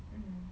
mm